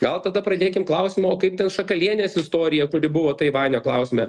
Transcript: gal tada pradėkim klausimą o kaip ten šakalienės istorija kuri buvo taivanio klausime